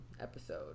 episode